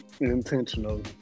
intentional